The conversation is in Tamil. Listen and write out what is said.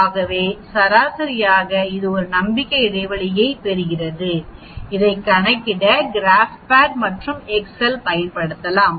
ஆகவே சராசரியாக இது ஒரு நம்பிக்கை இடைவெளியைப் பெறுகிறது இதை கணக்கிட கிராப்பேட் மற்றும் எக்செலையும் பயன்படுத்தலாம்